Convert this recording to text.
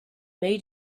made